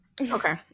Okay